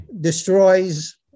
destroys